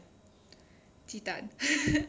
鸡蛋